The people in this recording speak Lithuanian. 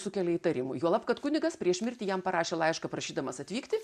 sukelia įtarimų juolab kad kunigas prieš mirtį jam parašė laišką prašydamas atvykti